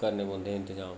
करने पौंदे हे इंतजाम